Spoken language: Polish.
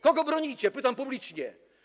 Kogo bronicie, pytam publicznie.